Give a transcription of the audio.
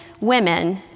women